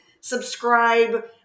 subscribe